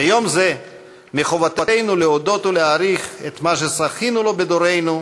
ביום זה מחובתנו להודות ולהעריך את מה שזכינו לו בדורנו,